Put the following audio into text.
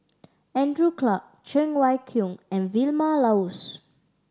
Andrew Clarke Cheng Wai Keung and Vilma Laus